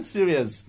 serious